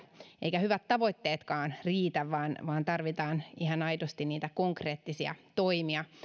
eivätkä hyvät tavoitteetkaan riitä vaan vaan tarvitaan ihan aidosti niitä konkreettisia toimia